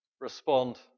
respond